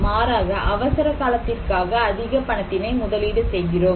மாறாக அவசர காலத்திற்காக அதிக பணத்தினை முதலீடு செய்கிறோம்